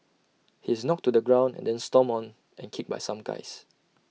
he is knocked to the ground and then stomped on and kicked by some guys